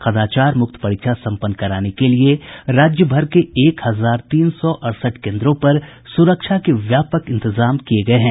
कदाचार मुक्त परीक्षा सम्पन्न कराने के लिए राज्यभर के एक हजार तीन सौ अड़सठ केन्द्रों पर सुरक्षा के व्यापक इंतजाम किये गये हैं